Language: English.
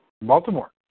Baltimore